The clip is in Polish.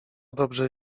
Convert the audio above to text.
dobrze